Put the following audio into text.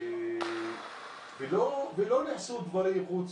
לא נעשו דברים חוץ